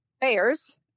bears